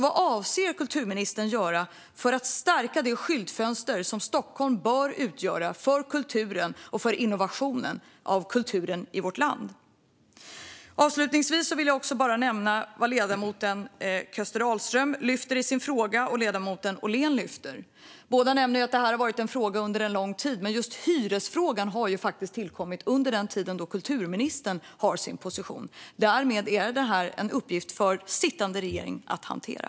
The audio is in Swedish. Vad avser kulturministern att göra för att stärka det skyltfönster som Stockholm bör utgöra för kulturen och för innovation av kulturen i vårt land? Avslutningsvis vill jag nämna vad ledamoten Ahlström Köster och ledamoten Ollén lyfter. Båda nämner att detta har varit en fråga under en lång tid. Men just hyresfrågan har faktiskt tillkommit under den tid då kulturministern har varit på sin position. Därmed är detta en uppgift för sittande regering att hantera.